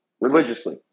religiously